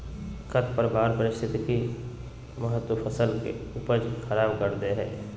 खरपतवार पारिस्थितिक महत्व फसल के उपज खराब कर दे हइ